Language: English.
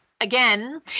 again